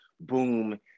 Boom